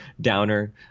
downer